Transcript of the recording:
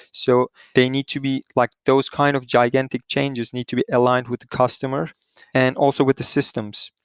so they need to be like those kind of gigantic changes need to be aligned with the customer and also with the systems.